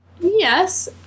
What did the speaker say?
Yes